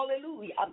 Hallelujah